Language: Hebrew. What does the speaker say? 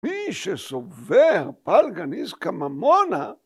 ‫מי שסובר, פלגא ניזקא ממונא